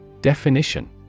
Definition